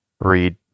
read